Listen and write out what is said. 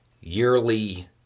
yearly